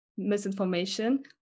misinformation